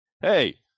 hey